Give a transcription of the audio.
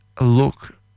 look